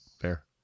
Fair